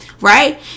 right